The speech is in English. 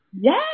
Yes